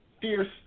fierce